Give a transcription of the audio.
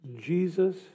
Jesus